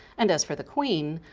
and as for the queen,